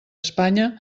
espanya